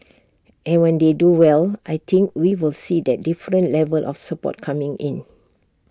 and when they do well I think we will see that different level of support coming in